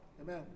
Amen